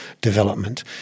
development